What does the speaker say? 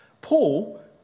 Paul